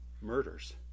Murders